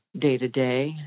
day-to-day